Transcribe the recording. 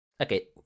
Okay